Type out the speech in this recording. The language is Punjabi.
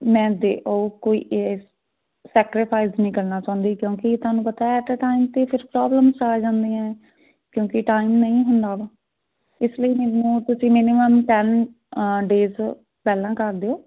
ਮੈਂ ਦੇ ਉਹ ਕੋਈ ਇਸ ਸੈਕਰੀਫਾਈਜ਼ ਨਹੀਂ ਕਰਨਾ ਚਾਹੁੰਦੀ ਕਿਉਂਕਿ ਤੁਹਾਨੂੰ ਪਤਾ ਐਟ ਏ ਟਾਈਮ 'ਤੇ ਫਿਰ ਪ੍ਰੋਬਲਮਲ ਆ ਜਾਂਦੀਆਂ ਹੈ ਕਿਉਂਕਿ ਟਾਈਮ ਨਹੀਂ ਹੁੰਦਾ ਵਾ ਇਸ ਲਈ ਮੈਨੂੰ ਤੁਸੀਂ ਮਿਨੀਮਮ ਟਨ ਡੇਜ਼ ਪਹਿਲਾਂ ਕਰ ਦਿਓ